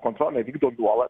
kontrolę vykdo nuolat